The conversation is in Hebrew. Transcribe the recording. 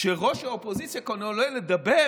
כשראש האופוזיציה כאן עולה לדבר